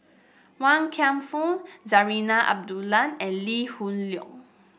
Wan Kam Fook Zarinah Abdullah and Lee Hoon Leong